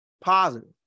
positive